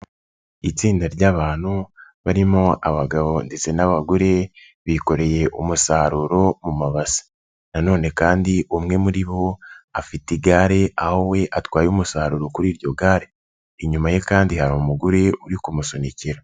Itsinda ry'abantu barimo abagabo ndetse n'abagore bikoreye umusaruro mu mabase, nonene kandi umwe muri bo afite igare aho we atwaye umusaruro kuri iryo gare. Inyuma ye kandi hari umugore uri kumusunikira.